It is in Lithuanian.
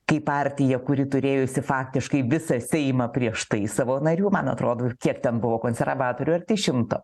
kai partija kuri turėjusi faktiškai visą seimą prieš tai savo narių man atrodo kiek ten buvo konservatorių arti šimto